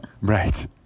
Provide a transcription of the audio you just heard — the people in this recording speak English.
Right